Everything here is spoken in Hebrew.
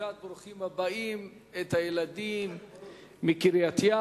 בברכת ברוכים הבאים את הילדים מקריית-ים,